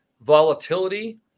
volatility